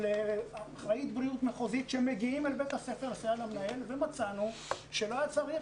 של אחראית בריאות מחוזית שמגיעים אל בית הספר ומצאנו שלא היה צריך,